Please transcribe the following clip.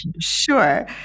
Sure